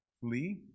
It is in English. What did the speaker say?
flee